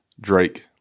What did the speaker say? Drake